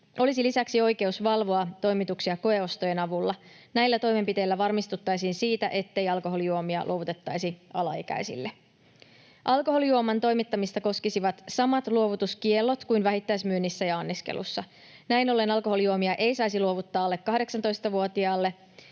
olisi lisäksi oikeus valvoa toimituksia koeostojen avulla. Näillä toimenpiteillä varmistuttaisiin siitä, ettei alkoholijuomia luovutettaisi alaikäisille. Alkoholijuoman toimittamista koskisivat samat luovutuskiellot kuin vähittäismyynnissä ja anniskelussa. Näin ollen alkoholijuomia ei saisi luovuttaa alle 18-vuotiaalle,